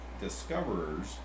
discoverers